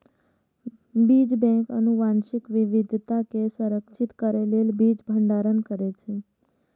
बीज बैंक आनुवंशिक विविधता कें संरक्षित करै लेल बीज भंडारण करै छै